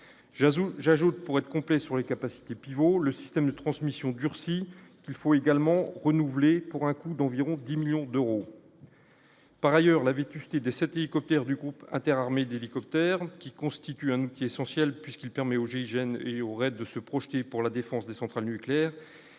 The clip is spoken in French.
j'ajoute, pour être complet sur les capacités pivot, le système de transmission durci, il faut également renouvelé pour un coût d'environ 10 millions d'euros. Par ailleurs, la vétusté de cet hélicoptère du groupe inter-d'hélicoptères qui constituent un outil essentiel puisqu'il permet au GIGN et aurait de se projeter pour la défense des centrales nucléaires